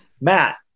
Matt